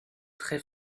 très